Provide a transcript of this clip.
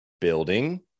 building